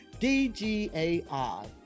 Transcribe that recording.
DGAI